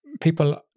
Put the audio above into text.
people